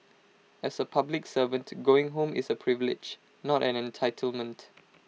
as A public servant going home is A privilege not an entitlement